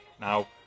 Now